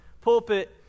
pulpit